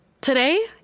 Today